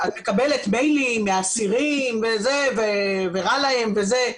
את מקבלת מיילים מאסירים ורע להם וזה,